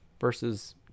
versus